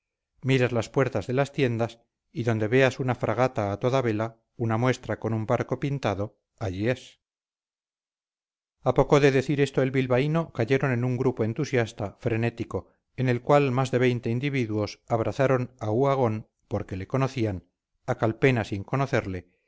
miras las puertas de las tiendas y donde veas una fragata a toda vela una muestra con un barco pintado allí es a poco de decir esto el bilbaíno cayeron en un grupo entusiasta frenético en el cual más de veinte individuos abrazaron a uhagón porque le conocían a calpena sin conocerle